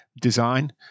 design